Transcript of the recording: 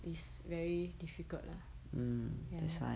it's very difficult lah ya